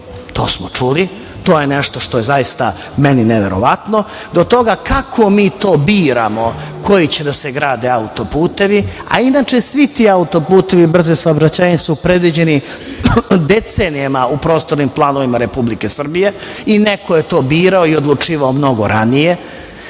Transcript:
to smo čuli, to je nešto što je zaista meni neverovatno, do toga kako mi to biramo koji će da se grade auto-putevi, a inače svi ti auto-putevi i brze saobraćajnice su predviđeni decenijama u prostornim planovima Republike Srbije i neko je to birao i odlučivao mnogo ranije